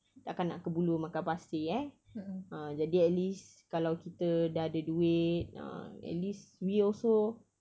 takkan nak kebulur makan pasir eh ah jadi at least kalau kita dah ada duit ah at least we also